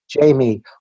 Jamie